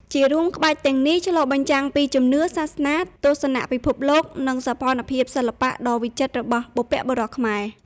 ជារួម ក្បាច់ទាំងនេះឆ្លុះបញ្ចាំងពីជំនឿ សាសនា ទស្សនៈពិភពលោក និងសោភ័ណភាពសិល្បៈដ៏វិចិត្ររបស់បុព្វបុរសខ្មែរ។